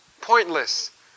pointless